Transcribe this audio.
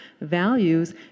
values